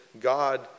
god